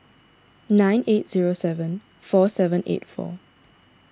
nine eight zero seven four seven eight four